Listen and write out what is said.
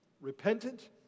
Repentant